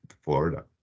Florida